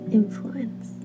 influence